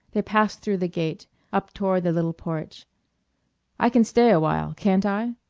they passed through the gate up toward the little porch i can stay a while, can't i?